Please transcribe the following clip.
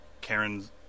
Karen's